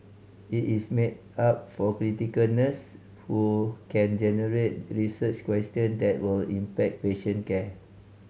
it is made up of clinical nurses who can generate research question that will impact patient care